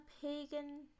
pagan